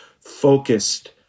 focused